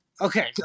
Okay